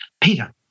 Peter